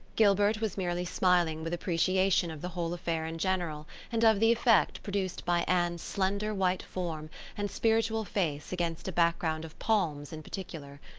gilbert was merely smiling with appreciation of the whole affair in general and of the effect produced by anne's slender white form and spiritual face against a background of palms in particular.